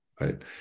right